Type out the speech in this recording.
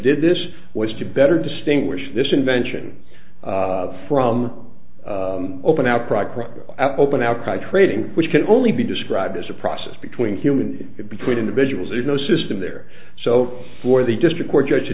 did this was to better distinguish this invention from open outcry cracked open outcry trading which can only be described as a process between human between individuals there's no system there so for the district court judge to